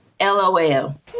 LOL